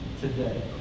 today